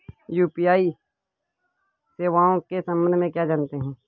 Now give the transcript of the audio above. UPI सेवाओं के संबंध में क्या जानते हैं?